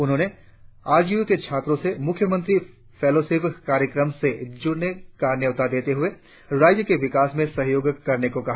उन्होंने R G U के छात्रों से मुख्यमंत्री फेलोशिप कार्यक्रम के लिए आवेदन करने का नेउता देते हुए राज्य के विकास में सहयोग करने को कहा